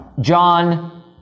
John